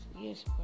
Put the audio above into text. yes